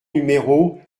numéro